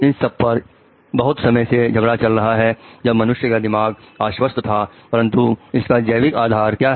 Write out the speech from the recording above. इस पर बहुत समय से झगड़ा चल रहा है जब इंसान का दिमाग आश्वस्त था परंतु इसका जैविक आधार क्या है